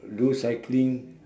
do cycling